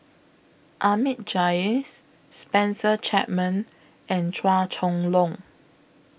Ahmad Jais Spencer Chapman and Chua Chong Long